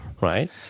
Right